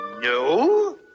No